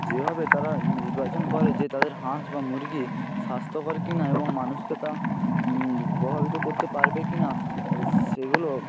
যেভাবে তারা নির্বাচন করে যে তাদের হাঁস বা মুরগি স্বাস্থ্যকর কি না এবং মানুষকে তা প্রভাবিত করতে পারবে কি না সেগুলো